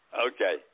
Okay